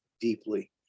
deeply